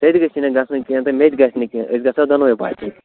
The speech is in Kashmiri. ژےٚ تہِ گٔژھی نہٕ گژھُن کیٚنٛہہ تہٕ مےٚتہِ گژھِ نہٕ کیٚنٛہہ أسۍ گژھو دۄنوٕے بَچِنۍ